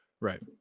Right